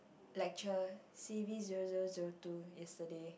lecture C V zero zero zero two yesterday